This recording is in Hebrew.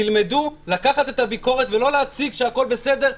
תלמדו לקחת את הביקורת ולא להציג שהכול בסדר.